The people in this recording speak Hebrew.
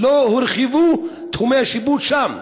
לא הורחבו תחומי השיפוט שלהם,